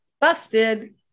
Busted